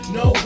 no